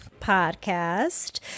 Podcast